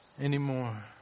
anymore